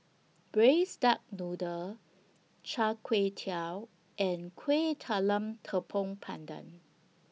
Braised Duck Noodle Char Kway Teow and Kuih Talam Tepong Pandan